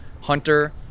hunter